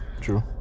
True